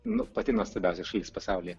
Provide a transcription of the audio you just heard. nu pati nuostabiausia šalis pasaulyje